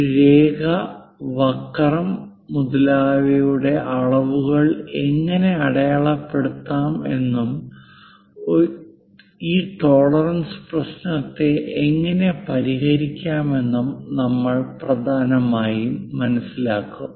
ഒരു രേഖ വക്രം മുതലായവയുടെ അളവുകൾ എങ്ങനെ അടയാളപ്പെടുത്താൻ എന്നും ഈ ടോളറൻസ് പ്രശ്നത്തെ എങ്ങനെ പരിഹരിക്കാമെന്നും നമ്മൾ പ്രധാനമായും മനസിലാക്കും